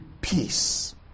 peace